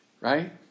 Right